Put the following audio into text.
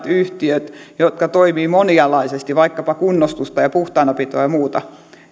yhtiöt jotka toimivat monialaisesti vaikkapa kunnostusta ja puhtaanapitoa ja muuta